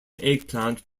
eggplant